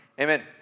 Amen